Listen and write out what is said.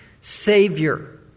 savior